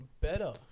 better